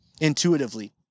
intuitively